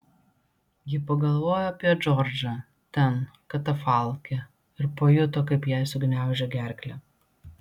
ji pagalvojo apie džordžą ten katafalke ir pajuto kaip jai sugniaužė gerklę